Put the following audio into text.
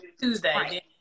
Tuesday